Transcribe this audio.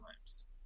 times